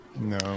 No